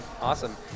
awesome